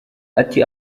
ati